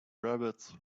rabbits